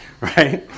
Right